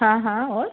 हाँ हाँ और